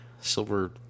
silver